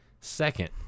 Second